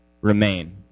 Remain